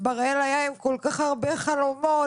לבראל היו כל כך הרבה חלומות,